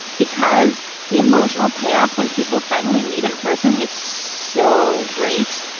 because the emotional payoff when people finally meet in person is so great.